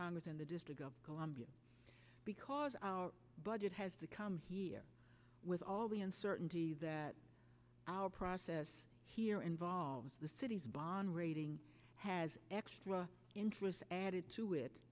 congress and the district of columbia because our budget has to come here with all the uncertainty that our process here involves the city's bond rating has extra interest added to it